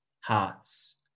hearts